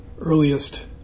earliest